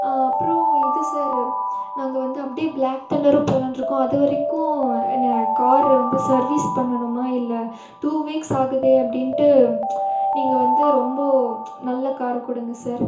அப்புறம் இது சார் நாங்கள் வந்து அப்படியே ப்ளாக் தண்டரும் போகலான்னு இருக்கோம் அது வரைக்கும் கார் வந்து சர்வீஸ் பண்ணணுமா இல்லை டூ வீக்ஸ் ஆகுதே அப்படின்ட்டு நீங்கள் வந்து ரொம்ப நல்ல காரை கொடுங்க சார்